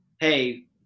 Hey